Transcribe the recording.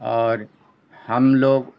اور ہم لوگ